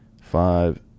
five